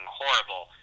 horrible